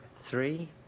Three